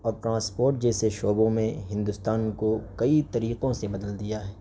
اور ٹرانسپورٹ جیسے شعبوں میں ہندوستان کو کئی طریقوں سے بدل دیا ہے